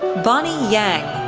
bonnie yang,